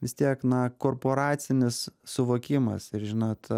vis tiek na korporacinis suvokimas ir žinot